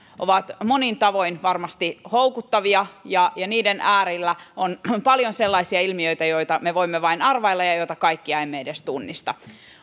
ovat monin tavoin varmasti houkuttavia ja ja niiden äärellä on on paljon sellaisia ilmiöitä joita me voimme vain arvailla ja joita kaikkia emme edes tunnista